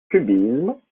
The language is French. cubisme